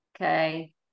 Okay